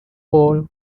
all